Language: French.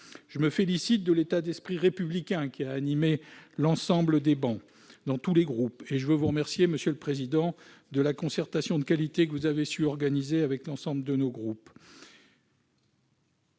Je me félicite de l'état d'esprit républicain qui a animé l'ensemble de nos collègues, sur quelque travée qu'ils siègent, et je veux vous remercier, monsieur le président, de la concertation de qualité que vous avez su organiser avec l'ensemble de nos groupes.